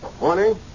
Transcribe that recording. Morning